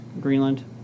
Greenland